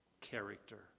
character